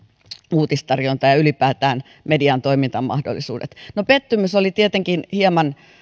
uutistarjonta ja ylipäätään median toimintamahdollisuudet no pettymys oli tietenkin hieman